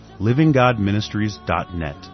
livinggodministries.net